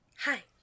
Hi